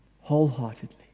wholeheartedly